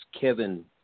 Kevin